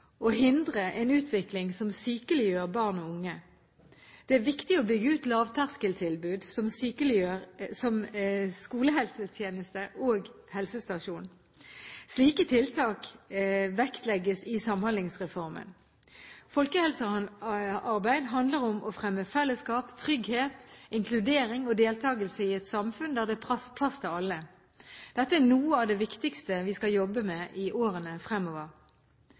å avdekke problemer tidlig og hindre en utvikling som sykeliggjør barn og unge. Det er viktig å bygge ut lavterskeltilbud som skolehelsetjeneste og helsestasjon. Slike tiltak vektlegges i Samhandlingsreformen. Folkehelsearbeid handler om å fremme fellesskap, trygghet, inkludering og deltakelse i et samfunn der det er plass til alle. Dette er noe av det viktigste vi skal jobbe med i årene fremover.